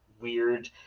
weird